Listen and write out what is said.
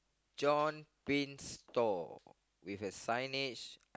John Prince tall with a sign edge